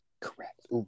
correct